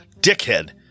dickhead